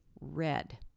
red